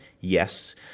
Yes